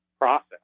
process